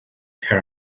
her